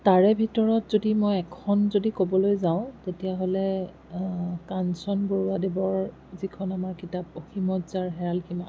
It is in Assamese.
তাৰে ভিতৰত যদি মই এখন যদি ক'বলৈ যাওঁ তেতিয়াহ'লে কাঞ্চন বৰুৱা দেৱৰ যিখন আমাৰ কিতাপ অসীমত যাৰ হেৰাল সীমা